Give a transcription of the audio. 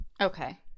Okay